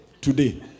Today